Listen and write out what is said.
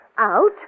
Out